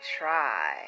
try